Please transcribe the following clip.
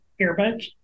earbuds